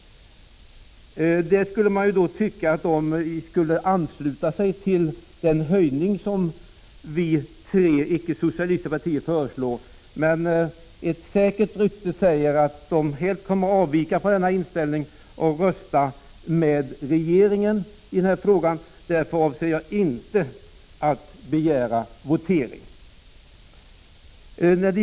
Då skulle man kunna tycka att vpk borde kunna ansluta sig till den höjning som vi tre icke-socialistiska partier föreslår. Ett säkert rykte säger emellertid att vpk kommer att avvika från denna inställning och rösta med regeringen i den här frågan. Därför avser jag inte att begära votering.